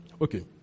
okay